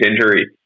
injury